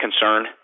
concern